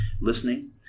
listening